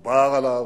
דבר שדובר עליו,